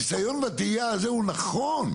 הניסוי והטעייה הזה הוא נכון.